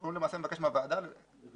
הוא למעשה מבקש מהוועדה להאריך